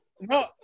no